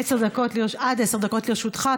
עד עשר דקות לרשותך.